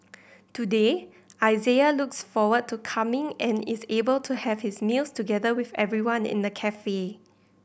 today Isaiah looks forward to coming and is able to have his meals together with everyone in the cafe